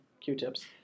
Q-tips